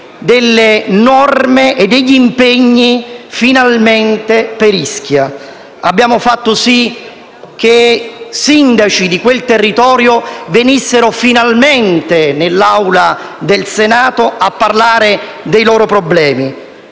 delle norme e degli impegni per Ischia. Abbiamo fatto sì che i sindaci di quel territorio venissero finalmente in Senato a parlare dei loro problemi